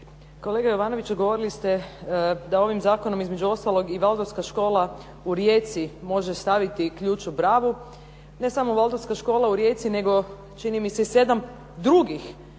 Kolega Jovanoviću govorili ste da ovim zakonom između ostalog i Valdorfska škola u Rijeci može staviti ključ u bravu. Ne samo Valdorfska škola u Rijeci, nego čini mi se i 7 drugih